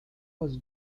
was